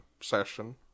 session